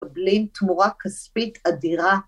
‫בלי תמורה כספית אדירה.